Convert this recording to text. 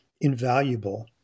invaluable